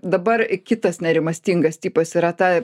dabar kitas nerimastingas tipas yra ta